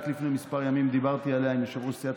רק לפני כמה ימים דיברתי עליה עם יושב-ראש סיעת